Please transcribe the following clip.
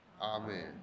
amen